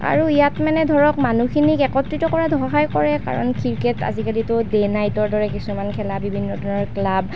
আৰু ইয়াত মানে ধৰক মানুহখিনিক একত্ৰিত কৰাত সহায় কৰে কাৰণ ক্ৰিকেট আজিকালিতো ডে' নাইটৰ দৰে কিছুমান খেলা বিভিন্ন ধৰণৰ ক্লাব